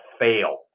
fail